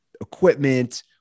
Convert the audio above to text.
equipment